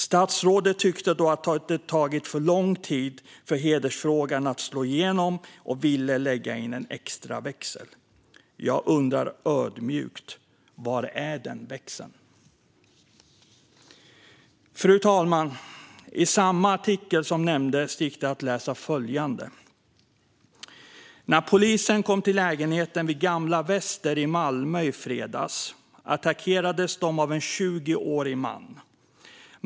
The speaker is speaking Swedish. Statsrådet tyckte då att det hade tagit för lång tid för hedersfrågan att slå igenom och ville lägga in en extra växel. Jag undrar ödmjukt: Var är denna växel? Fru talman! I samma artikel gick det att läsa följande: "När poliser kom till lägenheten vid Gamla väster i Malmö förra fredagen attackerades de av en 20-årig man.